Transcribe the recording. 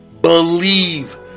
Believe